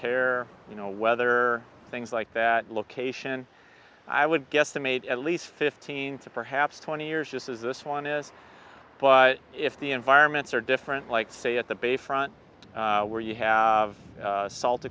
tear you know whether things like that location i would guess they made at least fifteen to perhaps twenty years just as this one is but if the environments are different like say at the bayfront where you have salt